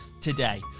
today